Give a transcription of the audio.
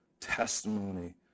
testimony